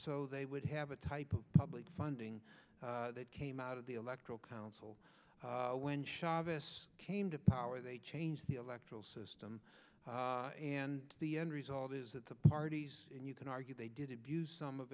so they would have a type of public funding that came out of the electoral council when chavez came to power they change the electoral system and the end result is that the parties and you can argue they did abuse some of